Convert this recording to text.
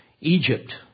Egypt